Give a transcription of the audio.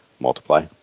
multiply